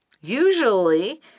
Usually